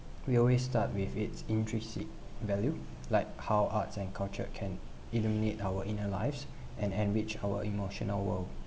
we always start with its intrinsic value like how arts and culture can illuminate our inner lives and enrich our emotional world